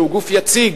שהיא גוף יציג,